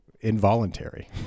involuntary